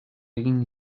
egin